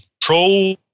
pro